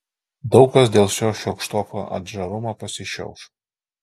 daug kas dėl šio šiurkštoko atžarumo pasišiauš